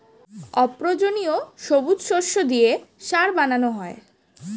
অপ্রয়োজনীয় সবুজ শস্য দিয়ে সার বানানো হয়